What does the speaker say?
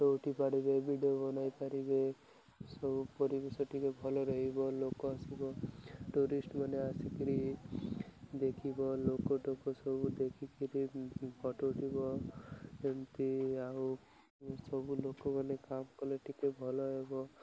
ଉଠେଇ ପାରିବେ ଭିଡ଼ିଓ ବନାଇ ପାରିବେ ସବୁ ପରିବେଶ ଟିକେ ଭଲ ରହିବ ଲୋକ ଆସିବ ଟୁରିଷ୍ଟ୍ ମାନେ ଆସିକିରି ଦେଖିବ ଲୋକଟୋକ ସବୁ ଦେଖିକିରି ଫଟୋ ଉଠେଇବ ଏମିତି ଆଉ ସବୁ ଲୋକମାନେ କାମ କଲେ ଟିକେ ଭଲ ହେବ